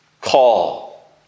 call